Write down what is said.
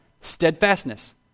steadfastness